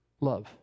love